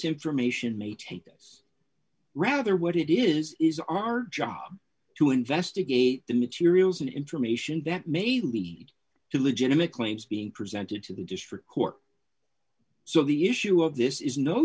information may take us rather what it is is our job to investigate the materials and information that may lead to legitimate claims being presented to the district court so the issue of this is no